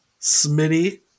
Smitty